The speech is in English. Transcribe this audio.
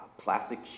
plastic